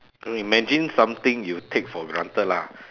imagine something you take for granted lah